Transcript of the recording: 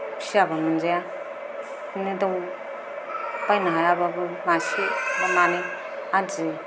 फिसियाबा मोनजाया बिदिनो दाउ बायनो हायाबाबो मासे बा मानै आदि